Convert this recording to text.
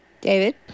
David